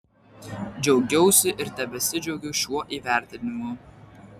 džiaugiausi ir tebesidžiaugiu šiuo įvertinimu